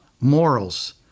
morals